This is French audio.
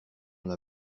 dans